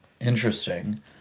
Interesting